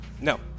No